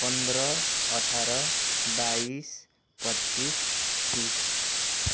पन्ध्र अठार बाइस पच्चिस तिस